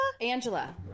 angela